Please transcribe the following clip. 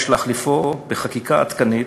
יש להחליפו בחקיקה עדכנית.